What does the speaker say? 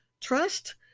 Trust